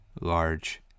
large